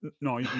No